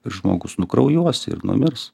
ir žmogus nukraujuos ir numirs